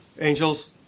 Angels